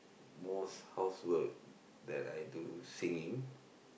most housework that I do singing